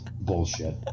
bullshit